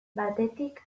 batetik